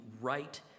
right